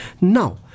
Now